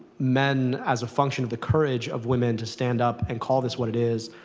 men, as a function of the courage of women to stand up and call this what it is,